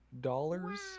Dollars